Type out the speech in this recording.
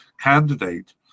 candidate